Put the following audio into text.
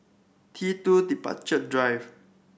T Two Departure Drive